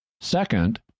Second